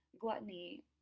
gluttony